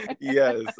yes